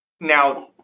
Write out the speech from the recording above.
Now